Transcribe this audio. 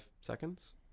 seconds